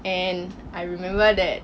and I remember that